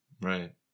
Right